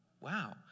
Wow